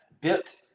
bit